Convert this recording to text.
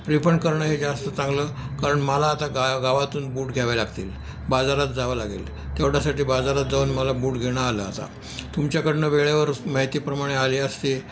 refund करणं हे जास्त चांगलं कारण मला आता गा गावातून बूट घ्यावे लागतील बाजारात जावं लागेल तेवढ्यासाठी बाजारात जाऊन मला बूट घेणं आलं आता तुमच्याकडनं वेळेवर माहितीप्रमाणे आली असते